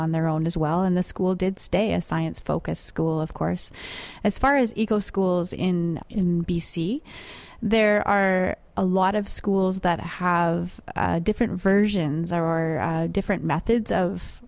on their own as well and the school did stay a science focused school of course as far as eco schools in b c there are a lot of schools that have different versions are different methods of